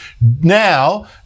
now